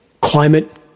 Climate